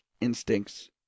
instincts